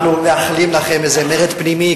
אנחנו מאחלים לכם איזה מרד פנימי,